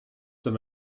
them